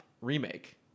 remake